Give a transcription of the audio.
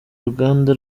ruganda